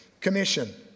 Commission